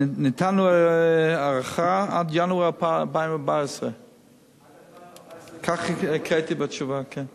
שנתנו הארכה עד ינואר 2014. כך הקראתי בתשובה, כן.